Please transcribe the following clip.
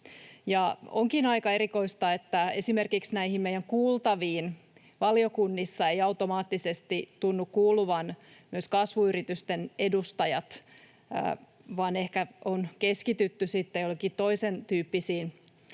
Onkin aika erikoista, että esimerkiksi näihin meidän valiokunnissa kuultaviin eivät automaattisesti tunnu kuuluvan myös kasvuyritysten edustajat, vaan on ehkä keskitytty joihinkin toisentyyppisiin